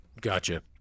gotcha